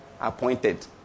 appointed